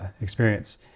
experience